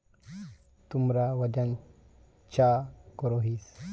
तुमरा वजन चाँ करोहिस?